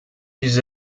ils